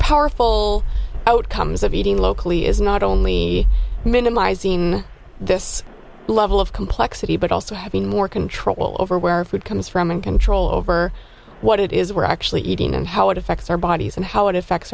powerful outcomes of eating locally is not only minimizing this level of complexity but also having more control over where food comes from and control over what it is we're actually eating and how it affects our bodies and how it affects